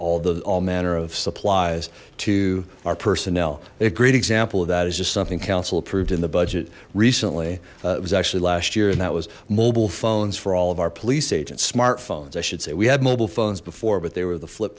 all the all manner of supplies to our personnel a great example of that is just something council approved in the budget recently it was actually last year and that was mobile phones for all of our police agents smart phones i should say we had mobile phones before but they were the flip